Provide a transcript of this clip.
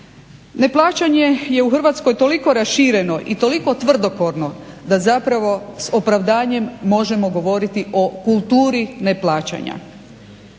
Neplaćanje je u Hrvatskoj toliko rašireno i toliko tvrdokorno da zapravo s opravdanjem možemo govoriti o kulturi neplaćanja.